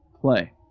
play